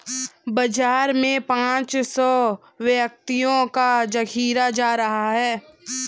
बाजार में पांच सौ व्यक्तियों का जखीरा जा रहा है